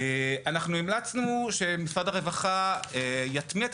אנחנו המלצנו שמשרד הרווחה יטמיע את